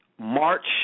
March